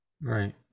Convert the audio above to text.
Right